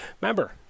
Remember